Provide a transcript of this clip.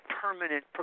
permanent